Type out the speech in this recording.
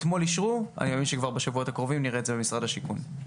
אתמול אישרו ואני מאמין שכבר בשבועות הקרובים נראה את זה במשרד השיכון.